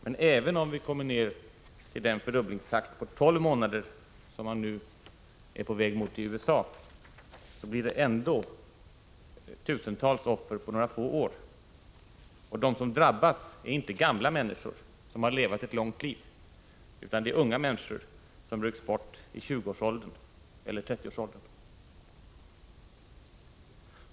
Men även om vi kommer ner till en fördubblingstakt på tolv månader, som man nu är på väg mot i USA, blir det många tusental offer på några få år. Och de som drabbas är inte gamla människor som har levat ett långt liv, utan det är unga människor som rycks bort i 20 eller 30-årsåldern.